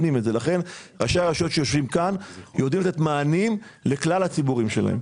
ראשי הרשויות שיושבים כאן יודעים לתת מענים לכלל הציבורים שלהם.